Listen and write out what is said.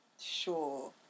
sure